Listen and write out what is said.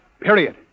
period